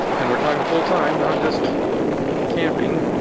and we're talking full-time not just camping